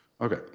Okay